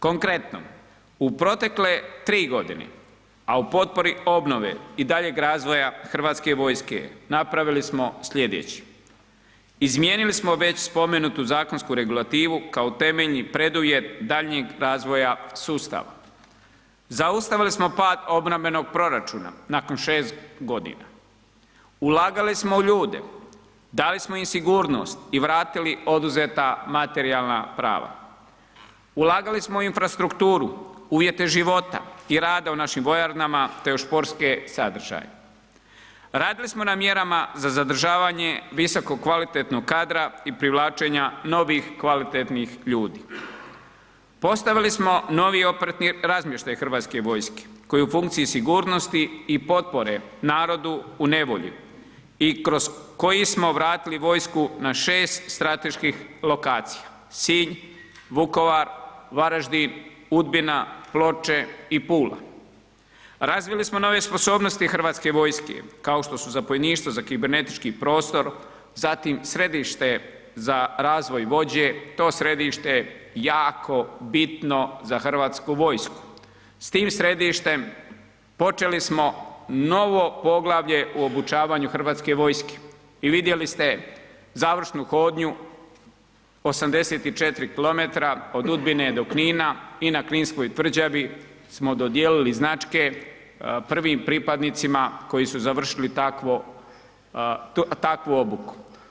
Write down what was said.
Konkretno, u protekle 3.g., a u potpori obnove i daljeg razvoja HV-a napravili smo slijedeće, izmijenili smo već spomenutu zakonsku regulativu kao temeljni preduvjet daljnjeg razvoja sustava, zaustavili smo pad obrambenog proračuna nakon 6.g., ulagali smo u ljude, dali smo im sigurnost i vratili oduzeta materijalna prava, ulagali smo u infrastrukturu, uvjete života i rada u našim vojarnama, te u športske sadržaje, radili smo na mjerama za zadržavanje visoko kvalitetnog kadra i privlačenja novih kvalitetnih ljudi, postavili smo novi operativni razmještaj HV-a koji je u funkciji sigurnosti i potpore narodu u nevolji i kroz koji smo vratili vojsku na 6 strateških lokacija, Sinj, Vukovar, Varaždin, Udbina, Ploče i Pula, razvili smo nove sposobnosti HV-a, kao što su zapovjedništvo za kibernetički prostor, zatim središte za razvoj vođe, to središte jako bitno za HV, s tim središtem počeli smo novo poglavlje u obučavanju HV-a i vidjeli ste završnu ophodnju 84 km od Udbine do Knina i na Kninskoj tvrđavi smo dodijelili značke prvim pripadnicima koji su završili takvo, takvu obuku.